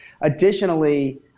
Additionally